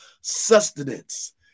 sustenance